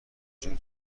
جور